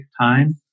time